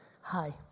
Hi